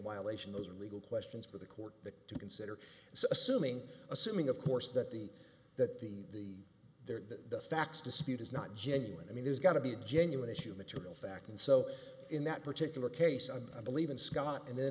violation those are legal questions for the court to consider so assuming assuming of course that the that the there that the facts dispute is not genuine i mean there's got to be a genuine issue material fact and so in that particular case i believe in scott and then